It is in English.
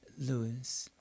Lewis